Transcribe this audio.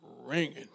ringing